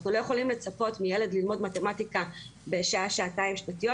אנחנו לא יכולים לצפות מילד ללמוד מתמטיקה בשעה-שעתיים שנתיות.